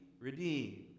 redeemed